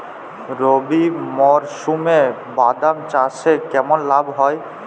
রবি মরশুমে বাদাম চাষে কেমন লাভ হয়?